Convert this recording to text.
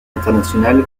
internationale